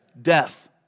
Death